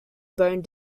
bone